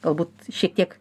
galbūt šiek tiek